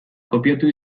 kopiatu